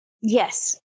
Yes